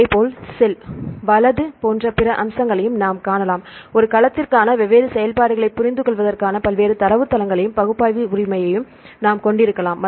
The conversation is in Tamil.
அதேபோல் செல் வலது போன்ற பிற அம்சங்களையும் நாம் காணலாம் ஒரு கலத்திற்கான வெவ்வேறு செயல்பாடுகளைப் புரிந்துகொள்வதற்கான பல்வேறு தரவுத்தளங்களையும் பகுப்பாய்வு உரிமையையும் நாம் கொண்டிருக்கலாம்